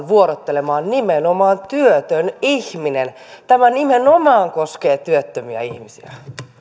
vuorottelemaan nimenomaan työtön ihminen tämä nimenomaan koskee työttömiä ihmisiä